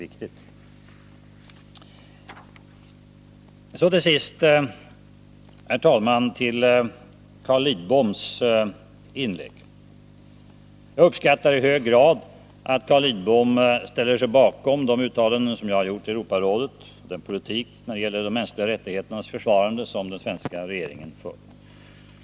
Till sist, herr talman, några ord med anledning av Carl Lidboms inlägg. Jag uppskattar i hög grad att Carl Lidbom ställer sig bakom de uttalanden som jag gjort i Europarådet och den politik när det gäller försvaret av de mänskliga rättigheterna som den svenska regeringen står för.